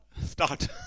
Start